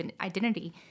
identity